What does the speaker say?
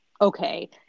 okay